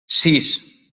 sis